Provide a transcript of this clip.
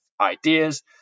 ideas